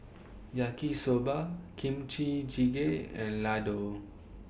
Yaki Soba Kimchi Jjigae and Ladoo